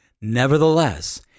Nevertheless